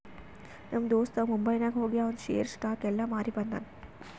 ನಮ್ ದೋಸ್ತ ಮುಂಬೈನಾಗ್ ಹೋಗಿ ಆವಂದ್ ಶೇರ್, ಸ್ಟಾಕ್ಸ್ ಎಲ್ಲಾ ಮಾರಿ ಬಂದುನ್